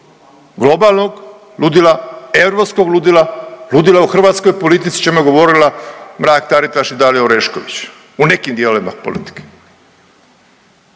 Globalnog ludila, europskog ludila, ludila u hrvatskoj politici o čemu je govorila Mrak Taritaš i Dalija Orešković, u nekim dijelovima politike.